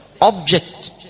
object